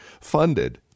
funded